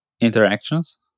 interactions